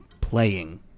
playing